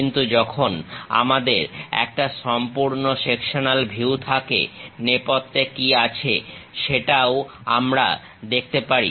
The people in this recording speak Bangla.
কিন্তু যখন আমাদের একটা সম্পূর্ণ সেকশনাল ভিউ থাকে নেপথ্যে কি আছে আমরা সেটাও দেখতে পারি